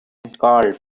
called